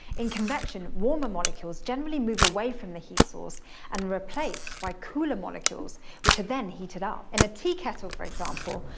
in convection, warmer molecules generally move away from the heat source and are replaced by cooler molecules which are then heated up. in a tea kettle, for example,